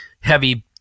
heavy